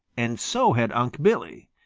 and so had unc' billy.